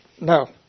No